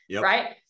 right